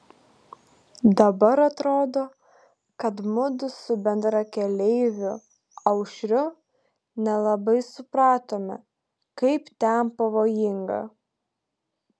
dabar atrodo kad mudu su bendrakeleiviu aušriu nelabai supratome kaip ten pavojinga